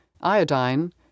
iodine